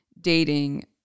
dating